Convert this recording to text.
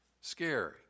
scary